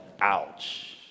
ouch